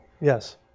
Yes